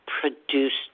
produced